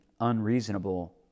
unreasonable